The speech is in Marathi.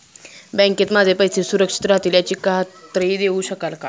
बँकेत माझे पैसे सुरक्षित राहतील याची खात्री देऊ शकाल का?